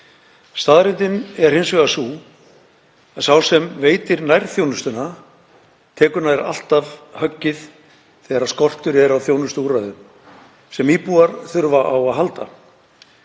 Staðreyndin er hins vegar sú að sá sem veitir nærþjónustuna tekur nær alltaf höggið þegar skortur er á þjónustuúrræði sem íbúar þurfa á að halda.